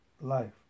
life